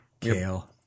Kale